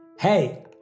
Hey